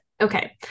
Okay